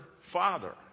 father